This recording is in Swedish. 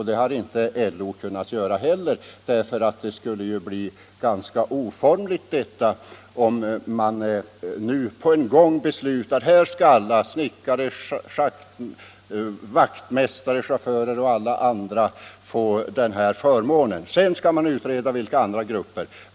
Det har inte LO heller, för det skulle bli ganska oformligt om man nu på en gång beslutade att här skall alla — snickare, vaktmästare, chaufförer och övriga inom gruvindustrin — få den förmånen. Sedan skall man utreda vilka andra grupper som kan komma i fråga.